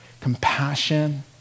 compassion